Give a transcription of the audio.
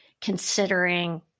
considering